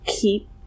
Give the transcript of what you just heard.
keep